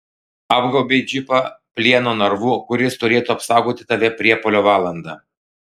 apgaubei džipą plieno narvu kuris turėtų apsaugoti tave priepuolio valandą